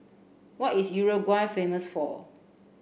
what is Uruguay famous for